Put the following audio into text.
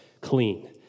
clean